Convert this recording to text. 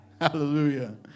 Hallelujah